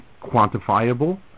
quantifiable